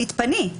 תתפני.